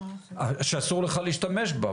שאסור לך להשתמש בה,